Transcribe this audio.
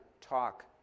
talk